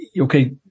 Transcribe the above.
okay